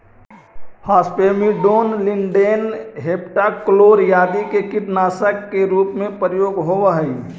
phosphamidon, lindane, heptachlor आदि के कीटनाशक के रूप में प्रयोग होवऽ हई